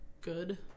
good